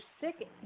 sick